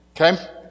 Okay